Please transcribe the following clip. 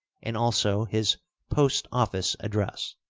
and also his post-office address.